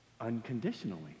Unconditionally